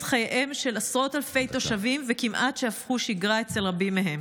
חייהם של עשרות אלפי תושבים וכמעט שהפכו שגרה אצל רבים מהם,